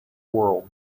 world